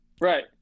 right